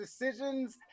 decisions